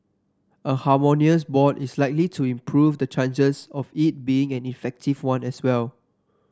a harmonious board is likely to improve the chances of it being an effective one as well